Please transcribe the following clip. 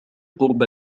قرب